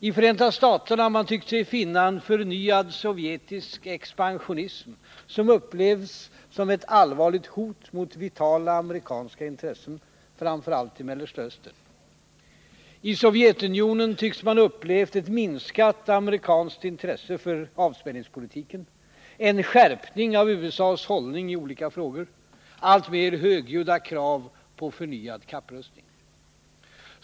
I Förenta staterna har man tyckt sig finna en förnyad sovjetisk expansionism som upplevs som ett allvarligt hot mot vitala amerikanska intressen, framför allt i Mellersta Östern. I Sovjetunionen tycks man ha upplevt ett minskat amerikanskt intresse för avspänningspolitiken, en skärpning av USA:s hållning i skilda frågor, alltmer högljudda krav på förnyad kapprustning.